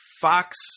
Fox